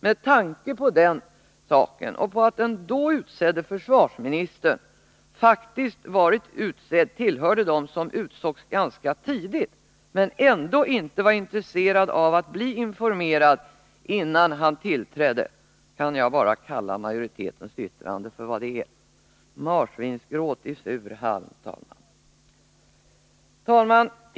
Med tanke på den saken och på att den då utsedde försvarsministern faktiskt tillhörde dem som utsågs ganska tidigt, men ändå inte var intresserad av att bli informerad innan han tillträdde, kan jag, herr talman, bara kalla majoritetens yttrande för vad det är: Marsvinsgråt i sur halm. Herr talman!